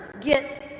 get